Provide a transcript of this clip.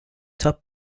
top